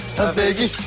be